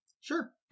Sure